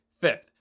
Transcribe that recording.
fifth